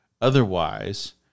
otherwise